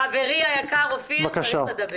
חברי היקר אופיר, תדבר.